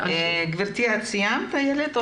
איילת סיימת?